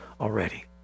already